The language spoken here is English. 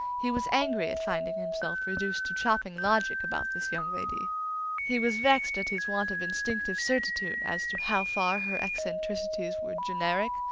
he was angry at finding himself reduced to chopping logic about this young lady he was vexed at his want of instinctive certitude as to how far her eccentricities were generic,